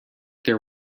there